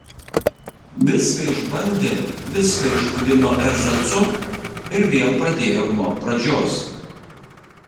viską išbandė viską išvadino erzacu ir vėl pradėjo nuo pradžios